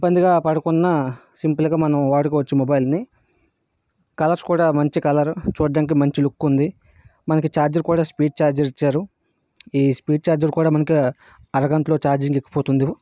ఇబ్బందిగా పడకున్నా సింపుల్గా మనం వాడుకోవచ్చు మొబైల్ని కలర్స్ కూడా మంచి కలర్ చూడడానికి మంచి లుక్ ఉంది మనకి చార్జర్ కూడా స్పీడ్ చార్జర్ ఇచ్చారు ఈ స్పీడ్ చార్జర్ కూడా మనకు అరగంటలో చార్జింగ్ ఎక్కిపోతుంది